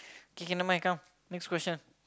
kk nevermind come next question